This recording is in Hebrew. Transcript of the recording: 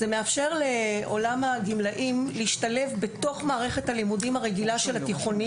זה מאפשר לעולם הגמלאים להשתלב בתוך מערכת הלימודים הרגילה של התיכונים,